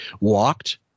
walked